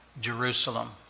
Jerusalem